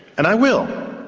and i will,